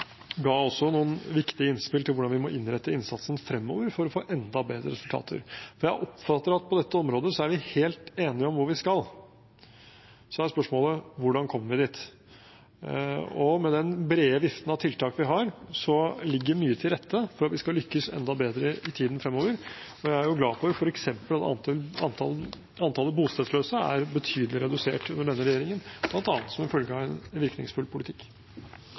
også ga noen viktige innspill til hvordan vi må innrette innsatsen fremover for å få enda bedre resultater. Jeg oppfatter at på dette området er vi helt enige om hvor vi skal. Så er spørsmålet: Hvordan kommer vi dit? Med den brede listen av tiltak vi har, ligger mye til rette for at vi skal lykkes enda bedre i tiden fremover. Jeg er glad for f.eks. at antallet bostedsløse er betydelig redusert under denne regjeringen, bl.a. som følge av en virkningsfull politikk.